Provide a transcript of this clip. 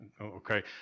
Okay